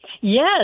Yes